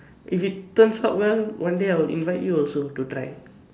if it turns out well one day I will invite you also to try